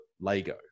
Lego